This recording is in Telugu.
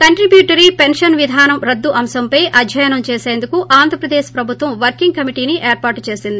కంట్రిబ్యూటరీ పెన్షన్ విధానం రద్దు అంశంపై అధ్యాయనం చేసేందుకు ఆంధ్రప్రదేశ్ ప్రభుత్వం వర్కింగ్ కమిటీని ఏర్పాటు చేసింది